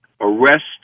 arrest